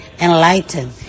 enlighten